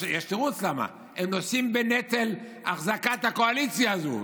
יש תירוץ למה: הם נושאים בנטל אחזקת הקואליציה הזו,